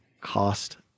cost